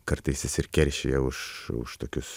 kartais jis ir keršija už už tokius